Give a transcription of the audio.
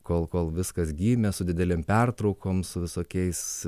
kol kol viskas gimė su didelėm pertraukom su visokiais